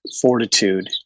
fortitude